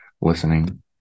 listening